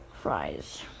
fries